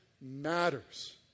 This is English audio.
Matters